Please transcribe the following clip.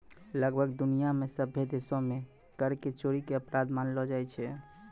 लगभग दुनिया मे सभ्भे देशो मे कर के चोरी के अपराध मानलो जाय छै